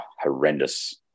horrendous